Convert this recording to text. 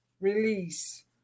release